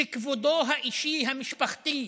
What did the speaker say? שכבודו האישי, המשפחתי,